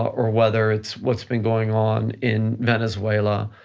or whether it's what's been going on in venezuela,